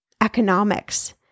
economics